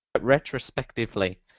retrospectively